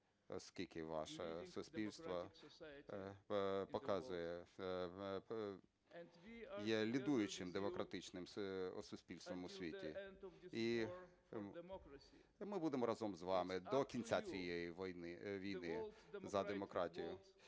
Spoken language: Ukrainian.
оскільки ваше суспільство показує… є лідируючим демократичним суспільством у світі. І ми будемо разом з вами до кінця цієї війни за демократію